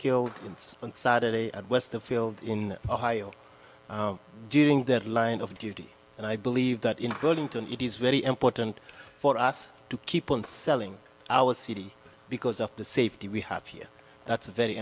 killed on saturday at westerfield in ohio during that line of duty and i believe that in burlington it is very important for us to keep on selling our city because of the safety we have here that's very